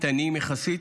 קטנים יחסית,